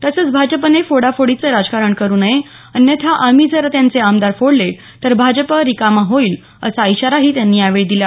तसंच भाजपनं फोडाफोडीचं राजकारण करू नये अन्यथा आम्ही जर त्यांचे आमदार फोडले तर भाजप रिकामा होईल असा इशाराही त्यांनी यावेळी दिला